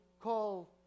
call